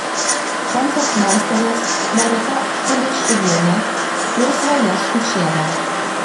koncertmeisterės loreta kuliešiuvienė ir svaja skučienė